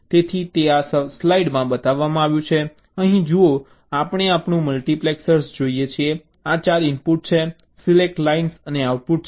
તેથી તે આ સ્લાઇડમાં બતાવવામાં આવ્યું છે અહીં જુઓ આપણે આપણું મલ્ટિપ્લેક્સર જોઈએ છીએ આ 4 ઇનપુટ છે સિલેક્ટ લાઇન્સ અને આઉટપુટ છે